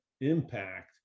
impact